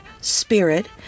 spirit